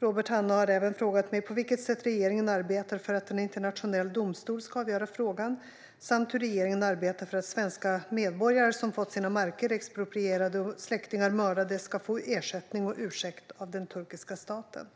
Robert Hannah har även frågat mig på vilket sätt regeringen arbetar för att en internationell domstol ska avgöra frågan, samt hur regeringen arbetar för att svenska medborgare som fått sina marker exproprierade och släktingar mördade ska få ersättning och ursäkt av den turkiska staten.